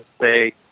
say